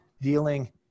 dealing